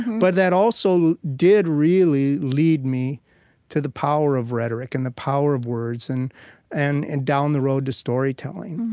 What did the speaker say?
but that also did really lead me to the power of rhetoric and the power of words, and and and down the road to storytelling,